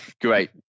great